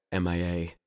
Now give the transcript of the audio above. MIA